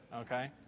okay